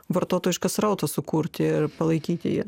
vartotojišką srautą sukurti ir palaikyti jį